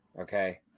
Okay